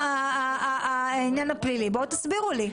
תסבירו לי.